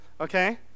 okay